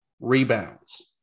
rebounds